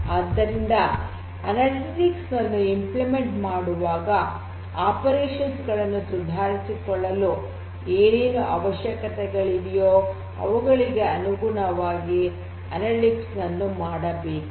ಆದ್ದರಿಂದ ಅನಲಿಟಿಕ್ಸ್ ನನ್ನು ಕಾರ್ಯಗತ ಮಾಡುವಾಗ ಕಾರ್ಯಾಚರಣೆಗಳನ್ನು ಸುಧಾರಿಸಿಕೊಳ್ಳಲು ಏನೇನು ಅವಶ್ಯಕತೆಗಳಿವೆಯೋ ಅವುಗಳಿಗೆ ಅನುಗುಣವಾಗಿ ಅನಲಿಟಿಕ್ಸ್ ನನ್ನು ಮಾಡಬೇಕು